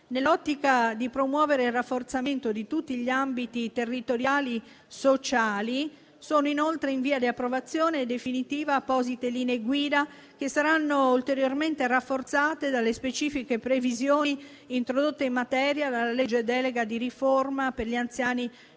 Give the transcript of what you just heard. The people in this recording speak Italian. Nell'ottica di promuovere il rafforzamento di tutti gli ambiti territoriali sociali, sono inoltre in via di approvazione definitiva apposite linee guida che saranno ulteriormente rafforzate dalle specifiche previsioni introdotte in materia dalla legge delega di riforma per gli anziani